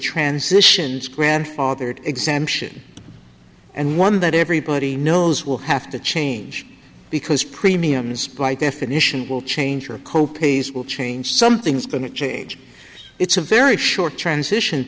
transitions grandfathered exemption and one that everybody knows will have to change because premiums by definition will change or co pays will change something's going to change it's a very short transition